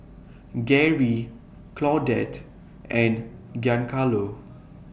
Garry Claudette and Giancarlo